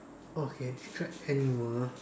okay describe animal